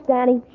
Danny